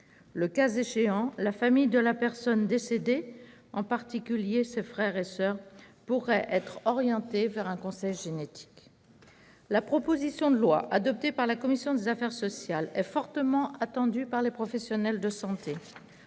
Le cas échéant, la famille de la personne décédée, en particulier ses frères et soeurs, pourrait être orientée vers un conseil génétique. La proposition de loi adoptée par la commission des affaires sociales est fortement attendue par les professionnels de santé,